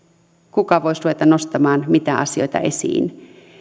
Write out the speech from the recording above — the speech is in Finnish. kuka voisi ruveta nostamaan mitäkin asioita esiin